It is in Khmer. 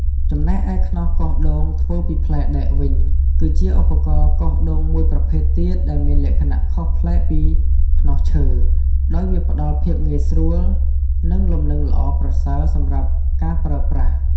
ចំណែកឯ ខ្នោសកោសដូងធ្វើពីផ្លែដែកវិញ គឺជាឧបករណ៍កោសដូងមួយប្រភេទទៀតដែលមានលក្ខណៈខុសប្លែកពីខ្នោសឈើ ដោយវាផ្តល់ភាពងាយស្រួល និងលំនឹងល្អប្រសើរសម្រាប់ការប្រើប្រាស់។